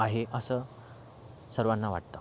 आहे असं सर्वांना वाटतं